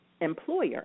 employer